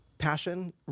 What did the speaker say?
passion